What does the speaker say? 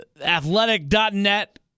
athletic.net